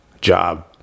job